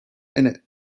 innit